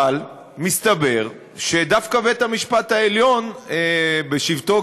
אבל מסתבר שדווקא בית-המשפט העליון בשבתו